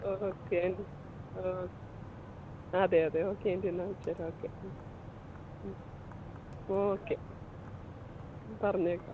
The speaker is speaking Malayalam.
ഓ ഓക്കെ ആൻറ്റി ഓ ആ അതെ അതെ ഓക്കെ ആൻറ്റി എന്നാൽ വെച്ചേക്കാം ഓക്കെ ഓക്കെ പറഞ്ഞേക്കാം